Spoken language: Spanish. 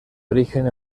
origen